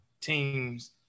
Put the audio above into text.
teams